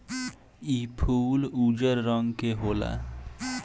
इ फूल उजर रंग के होला